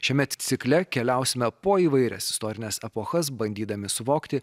šiame cikle keliausime po įvairias istorines epochas bandydami suvokti